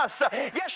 Yes